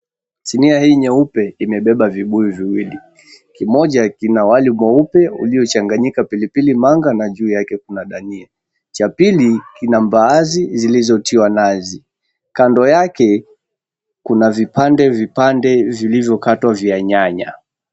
Sinia hi nyeupe imebeba vibuyu viwili, kimoja kina wali mweupe uliochanganyika pilipili manga na ju yake kuna dania, cha pili kina mbaazi zilizotiwa nazi kando yake kuna vipande vipande vilivyokatwa vya nyanya.